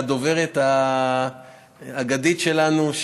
הדוברת האגדית שלנו,